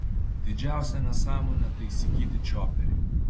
didžiausia nesąmonė tai įsigyti čioperį